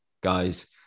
guys